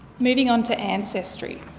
moving on to ancestry.